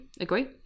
Agree